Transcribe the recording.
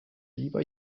lieber